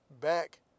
back